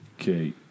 Okay